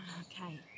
Okay